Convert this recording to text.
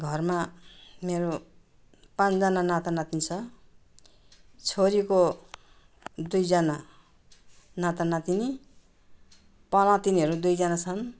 घरमा मेरो पाँचजना नातिनातिनी छ छोरीको दुईजना नातिनातिनी पनातिनीहरू दुईजना छन्